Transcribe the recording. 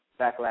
backlash